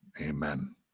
amen